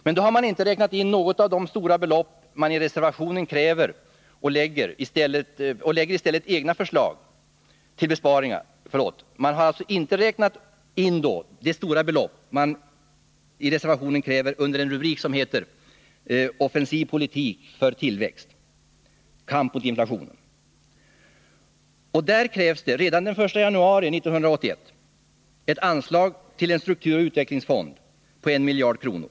Men då har man inte räknat in något av de stora belopp som man kräver i reservationen under rubriken Offensiv politik för tillväxt — kamp mot inflationen. Där krävs redan från den 1 januari 1981 ett anslag till en strukturoch 45 utvecklingsfond på 1 miljard kronor.